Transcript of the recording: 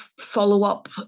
follow-up